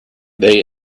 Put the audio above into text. they